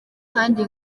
kandi